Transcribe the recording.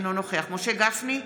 אינו נוכח משה גפני,